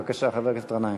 בבקשה, חבר הכנסת גנאים.